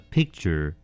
Picture